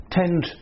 tend